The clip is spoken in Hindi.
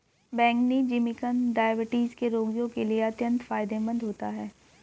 बैंगनी जिमीकंद डायबिटीज के रोगियों के लिए अत्यंत फायदेमंद होता है